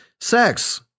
sex